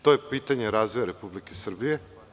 To je pitanje razvoja Republike Srbije.